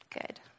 good